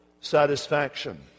satisfaction